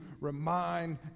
remind